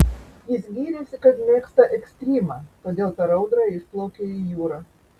jis gyrėsi kad mėgsta ekstrymą todėl per audrą išplaukė į jūrą